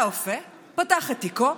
והאופה פתח את תיקו,